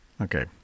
Okay